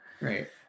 Right